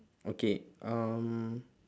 okay um